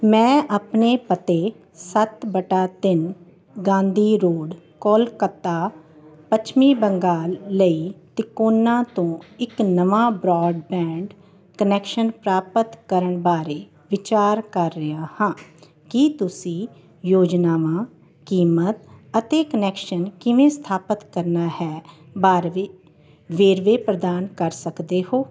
ਮੈਂ ਆਪਣੇ ਪਤੇ ਸੱਤ ਬਟਾ ਤਿੰਨ ਗਾਂਧੀ ਰੋਡ ਕੋਲਕੱਤਾ ਪੱਛਮੀ ਬੰਗਾਲ ਲਈ ਤਿਕੋਨਾ ਤੋਂ ਇੱਕ ਨਵਾਂ ਬ੍ਰਾਡਬੈਂਡ ਕੁਨੈਕਸ਼ਨ ਪ੍ਰਾਪਤ ਕਰਨ ਬਾਰੇ ਵਿਚਾਰ ਕਰ ਰਿਹਾ ਹਾਂ ਕੀ ਤੁਸੀਂ ਯੋਜਨਾਵਾਂ ਕੀਮਤ ਅਤੇ ਕੁਨੈਕਸ਼ਨ ਕਿਵੇਂ ਸਥਾਪਤ ਕਰਨਾ ਹੈ ਬਾਰਵੇ ਵੇਰਵੇ ਪ੍ਰਦਾਨ ਕਰ ਸਕਦੇ ਹੋ